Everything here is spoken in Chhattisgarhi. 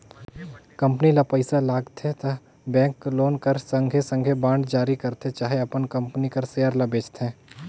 कंपनी ल पइसा लागथे त बेंक लोन कर संघे संघे बांड जारी करथे चहे अपन कंपनी कर सेयर ल बेंचथे